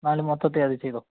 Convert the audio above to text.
നാല് മൊത്തതിൽ അത് ചെയ്തോ